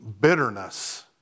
bitterness